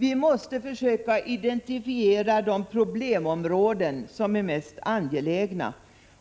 Vi måste försöka att identifiera de problemområden som är mest angelägna